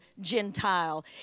Gentile